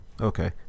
Okay